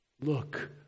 look